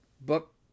book